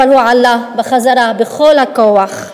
אבל הוא עלה בחזרה בכל הכוח.